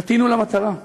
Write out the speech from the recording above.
חטאנו למטרה.